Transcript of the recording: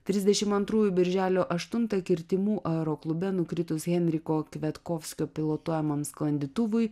trisdešimt antrųjų birželio aštuntą kirtimų aeroklube nukritus henriko kvetkovskio pilotuojamam sklandytuvui